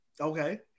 Okay